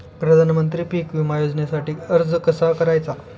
प्रधानमंत्री पीक विमा योजनेसाठी अर्ज कसा करायचा?